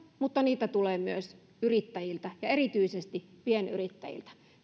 mutta niitä tulee myös yrittäjiltä ja erityisesti pienyrittäjiltä